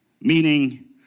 Meaning